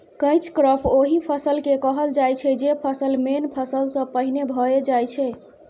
catch crop ओहि फसल केँ कहल जाइ छै जे फसल मेन फसल सँ पहिने भए जाइ छै